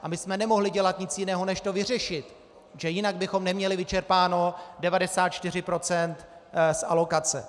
A my jsme nemohli dělat nic jiného než to vyřešit, protože jinak bychom neměli vyčerpáno 94 % z alokace.